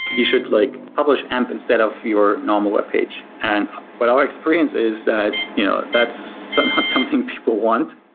you should like publish amp instead of your normal webpage. and but our experience is that you know that's so not something people want.